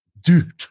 dude